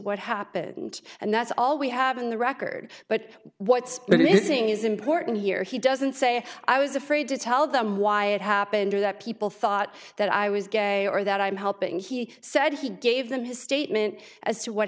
what happened and that's all we have in the record but what's really missing is important here he doesn't say i was afraid to tell them why it happened or that people thought that i was gay or that i'm helping he said he dave them his statement as to what